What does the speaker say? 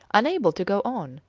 unable to go on,